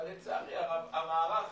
אבל צערי הרב, המערך